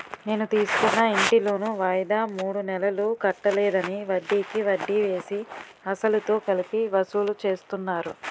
నేను తీసుకున్న ఇంటి లోను వాయిదా మూడు నెలలు కట్టలేదని, వడ్డికి వడ్డీ వేసి, అసలుతో కలిపి వసూలు చేస్తున్నారు